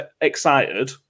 excited